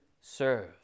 serve